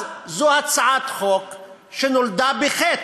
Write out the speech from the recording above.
אז זו הצעת חוק שנולדה בחטא,